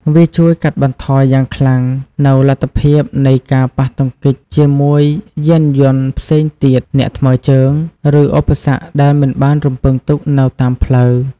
វាជួយកាត់បន្ថយយ៉ាងខ្លាំងនូវលទ្ធភាពនៃការប៉ះទង្គិចជាមួយយានយន្តផ្សេងទៀត អ្នកថ្មើរជើង ឬឧបសគ្គដែលមិនបានរំពឹងទុកនៅតាមផ្លូវ។